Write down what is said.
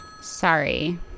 Sorry